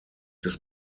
des